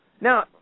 Now